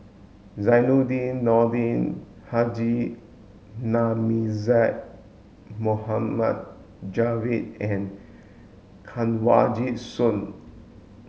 Zainudin Nordin Haji Namazie Moharmd Javad and Kanwaljit Soin